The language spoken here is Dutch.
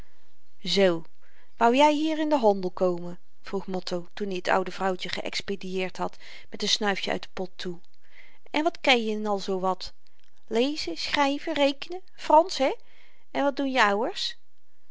zoo wou jy hier in den handel komen vroeg motto toen i t oude vrouwtje geëxpedieerd had met n snuifjen uit den pot toe en wat ken je n al zoo wat lezen schryven rekenen fransch hè en wat doen je ouwers